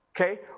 Okay